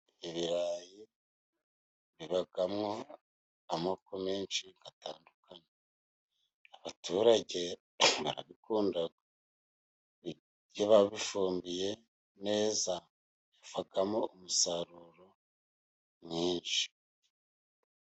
Ibirayi bibamo amoko menshi atandukanye. Abaturage barabikunda iyo babifumbiye, neza bivamo umusaruro mwinshi.